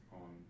on